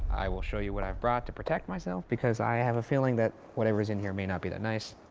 i will show you what i brought to protect myself, because i have a feeling that whatever's in here may not be that nice.